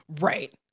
Right